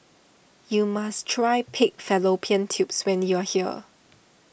you must try Pig Fallopian Tubes when you are here